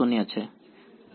વિદ્યાર્થી